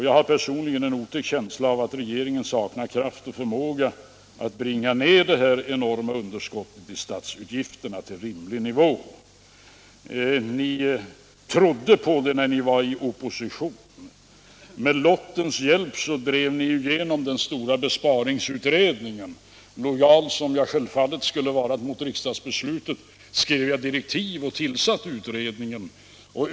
Jag har personligen en otäck känsla av att regeringen saknar kraft och förmåga att bringa ned detta enorma underskott i statsutgifterna till rimlig nivå. Ni trodde på det när ni var i opposition. Med lottens hjälp drev ni igenom den stora besparingsutredningen. Lojal som jag självfallet skulle vara mot riksdagsbeslutet skrev jag direktiv och tillsatte utredningen.